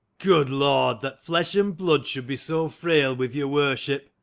good lord, that flesh and blood should be so frail with your worship!